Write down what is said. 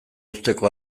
uzteko